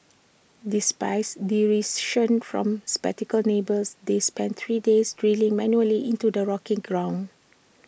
despites derision from neighbours they spent three days drilling manually into the rocky ground